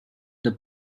the